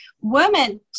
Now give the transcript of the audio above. Women